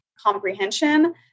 comprehension